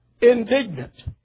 indignant